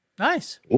Nice